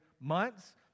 months